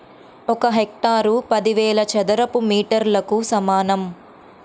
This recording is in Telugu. ఒక హెక్టారు పదివేల చదరపు మీటర్లకు సమానం